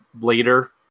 later